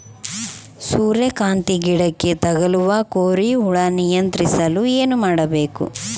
ಸೂರ್ಯಕಾಂತಿ ಗಿಡಕ್ಕೆ ತಗುಲುವ ಕೋರಿ ಹುಳು ನಿಯಂತ್ರಿಸಲು ಏನು ಮಾಡಬೇಕು?